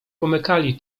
pomykali